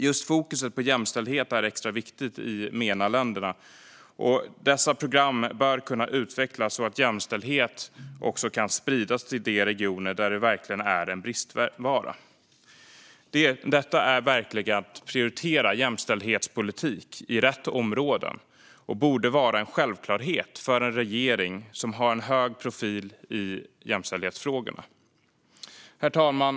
Just fokuset på jämställdhet är extra viktigt i MENA-länderna, och dessa program bör kunna utvecklas så att jämställdhet kan spridas till de regioner där det verkligen är en bristvara. Detta är verkligen att prioritera jämställdhetspolitik i rätt områden och borde vara en självklarhet för en regering som har en hög profil i jämställdhetsfrågorna. Herr talman!